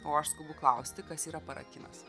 o aš skubu klausti kas yra parakinas